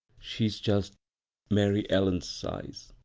she's just mary ellen's size,